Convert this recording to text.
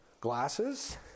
Glasses